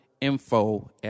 info